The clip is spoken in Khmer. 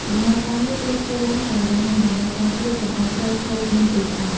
ដំណើរការនេះត្រូវធ្វើឡើងដោយ រហ័ស ដើម្បីការពារកុំឱ្យត្រីខូចមុនពេលផ្អាប់។